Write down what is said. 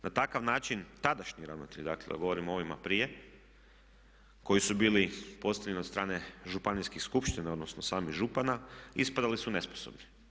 Na takav način tadašnji ravnatelj, dakle ja govorim o ovima prije koji su bili postavljeni od strane županijskih skupština, odnosno samih župana ispadali su nesposobni.